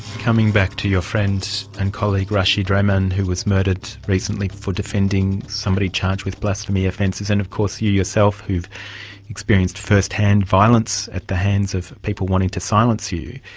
coming back to your friend and colleague rashid rehman who was murdered recently for defending somebody charged with blasphemy offences, and of course you yourself who've experienced first-hand violence at the hands of people wanting to silence you,